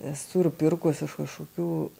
esu ir pirkus iš kažkokių